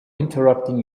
interrupting